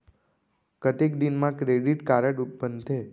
कतेक दिन मा क्रेडिट कारड बनते?